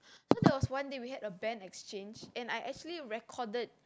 so there was one day we had a Band exchange and I actually recorded